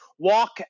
Walk